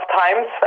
times